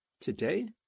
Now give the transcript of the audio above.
Today